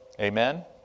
Amen